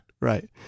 Right